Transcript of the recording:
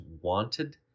wanted